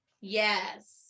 Yes